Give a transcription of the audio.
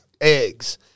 eggs